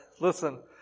Listen